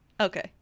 okay